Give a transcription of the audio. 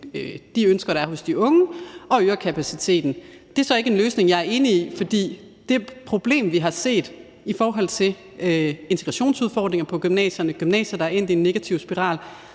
de ønsker, der er hos de unge, og øger kapaciteten. Det er så ikke en løsning, jeg er enig i, for det problem, vi har set i forhold til integrationsudfordringen på gymnasierne – gymnasier, der er endt i en negativ spiral